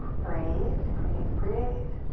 breathe, breathe, breathe.